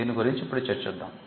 దీని గురించి ఇప్పుడు చర్చిద్దాం